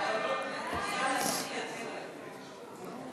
ההצעה להעביר את הצעת חוק הבטחת הכנסה (תיקון,